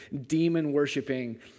demon-worshiping